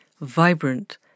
vibrant